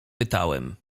pytałem